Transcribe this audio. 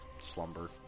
slumber